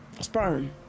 sperm